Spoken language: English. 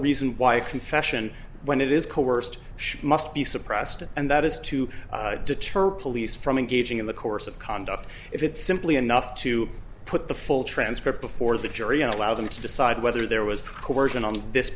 reason why a confession when it is coerced should must be suppressed and that is to deter police from engaging in the course of conduct if it's simply enough to put the full transcript before the jury and allow them to decide whether there was